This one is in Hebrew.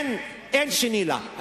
אין שני לה,